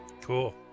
Cool